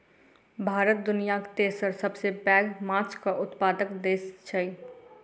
भारत दुनियाक तेसर सबसे पैघ माछक उत्पादक देस छै